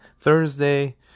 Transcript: thursday